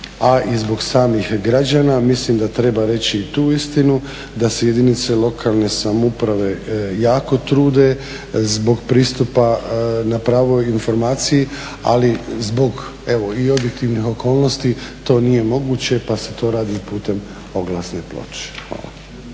a i zbog samih građana mislim da treba reći i tu istinu da se jedinice lokalne samouprave jako trude zbog pristupa na pravo informaciji ali zbog evo i objektivnih okolnosti to nije moguće pa se to radi i putem oglasne ploče.